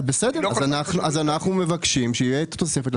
אנחנו מבקשים שתהיה תוספת.